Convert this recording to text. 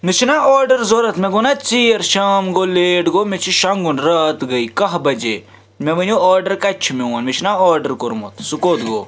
مےٚ چھِنَہ آڈَرر ضوٚرَتھ مے گوٚو نَہ ژیر شام گوٚو لیٹ گوٚو مےٚ چھِ شۄنٛگُن رات گٔے کَہہ بَجے مےٚ ؤنِو آرڈر کَتہِ چھِ میون مےٚ چھِنَہ آرڈر کوٚرمُت سُہ کوٚت گوٚو